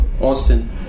Austin